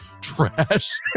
Trash